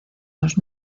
los